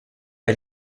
pas